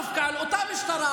המשטרה